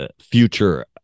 future